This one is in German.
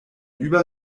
über